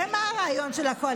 הרי מה הרעיון של הקואליציוני?